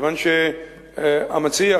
כיוון שהמציע,